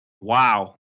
Wow